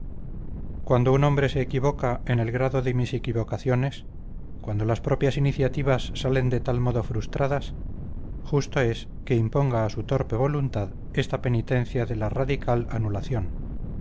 cuando un hombre se equivoca en el grado de mis equivocaciones cuando las propias iniciativas salen de tal modo frustradas justo es que imponga a su torpe voluntad esta penitencia de la radical anulación